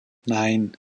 nein